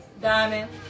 Diamond